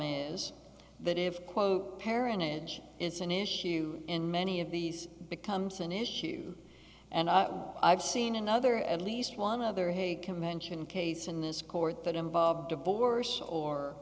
is that if quote paren it is an issue in many of these becomes an issue and i've seen another at least one other hague convention case in this court that involved divorce or